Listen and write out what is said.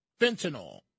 fentanyl